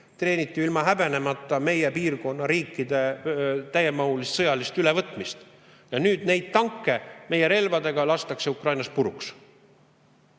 Treeniti ilma häbenemata meie piirkonna riikide täiemahulist sõjalist ülevõtmist. Ja nüüd neid tanke lastakse meie relvadega Ukrainas puruks.